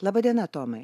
laba diena tomai